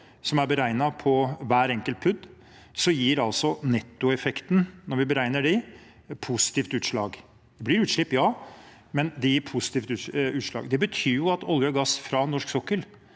som er beregnet på hver enkelt PUD, gir altså nettoeffekten – når vi beregner den – positivt utslag. Det blir utslipp, ja, men det gir positivt utslag. Det betyr at olje og gass fra norsk sokkel